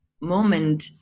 moment